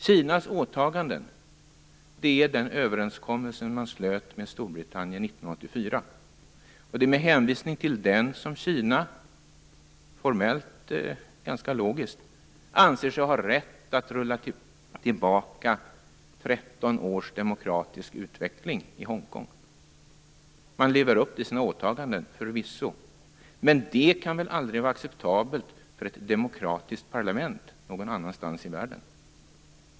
Kinas åtaganden är den överenskommelse man slöt med Storbritannien 1984. Det är med hänvisning till den som Kina, formellt ganska logiskt, anser sig ha rätt att rulla tillbaka 13 års demokratisk utveckling i Hongkong. Man lever upp till sina åtaganden, förvisso. Men det kan väl aldrig vara acceptabelt för ett demokratiskt parlament någon annanstans i världen?